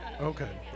okay